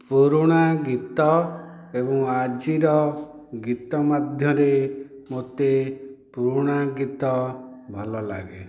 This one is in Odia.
ପୁରୁଣା ଗୀତ ଏବଂ ଆଜିର ଗୀତ ମଧ୍ୟରେ ମୋତେ ପୁରୁଣା ଗୀତ ଭଲ ଲାଗେ